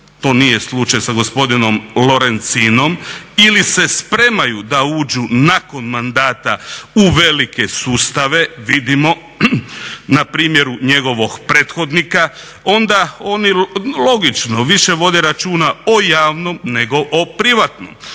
to nije slučaj sa gospodinom Lorencinom, ili se spremaju da uđu nakon mandata u velike sustave vidimo na primjeru njegovog prethodnika onda oni logično više vode računa o javnom nego o privatnom.